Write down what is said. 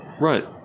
Right